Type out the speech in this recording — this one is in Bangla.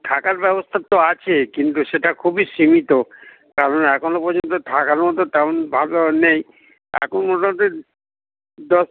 থাকার ব্যবস্থা তো আছে কিন্তু সেটা খুবই সীমিত কারণ এখনো পর্যন্ত থাকার মতো তেমন ভালো নেই এখন মোট দশ